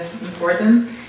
important